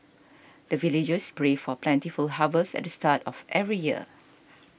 the villagers pray for plentiful harvest at the start of every year